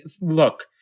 Look